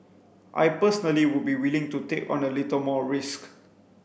I personally would be willing to take on a little more risk